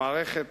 המערכת